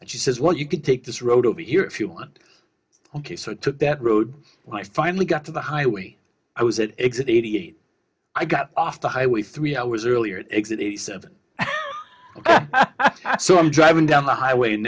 rd she says well you can take this road over here if you want ok so i took that road when i finally got to the highway i was at exit eighty eight i got off the highway three hours earlier at exit eighty seven so i'm driving down the highway